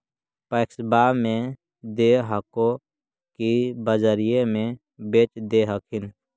पैक्सबा मे दे हको की बजरिये मे बेच दे हखिन?